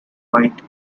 white